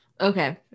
Okay